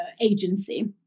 agency